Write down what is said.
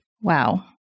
Wow